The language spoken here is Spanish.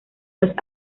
los